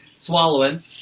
swallowing